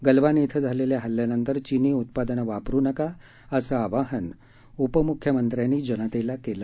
गलवान इथं झालेल्या हल्ल्यानंतर चीनी उत्पादनं वापरु नका असं आवाहन उपमुख्यमंत्र्यांनी जनतेला केलं